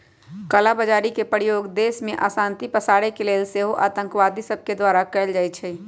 कला बजारी के प्रयोग देश में अशांति पसारे के लेल सेहो आतंकवादि सभके द्वारा कएल जाइ छइ